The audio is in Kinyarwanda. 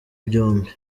byombi